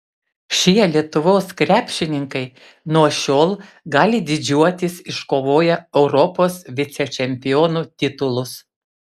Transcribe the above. šie lietuvos krepšininkai nuo šiol gali didžiuotis iškovoję europos vicečempionų titulus